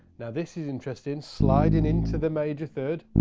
yeah this is interesting. sliding into the major third,